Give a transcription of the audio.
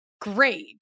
great